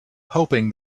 hoping